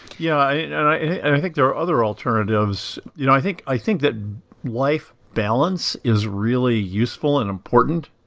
yeah. i think there are other alternatives. you know i think i think that life balance is really useful and important.